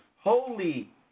Holy